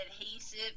adhesive